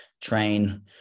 train